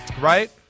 right